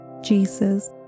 Jesus